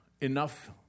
enough